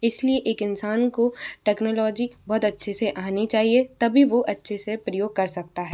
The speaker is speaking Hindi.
इसलिए एक इंसान को टेक्नोलॉजी बहुत अच्छे से आनी चाहिये तभी वो अच्छे से प्रयोग कर सकता है